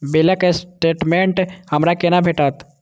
बिलक स्टेटमेंट हमरा केना भेटत?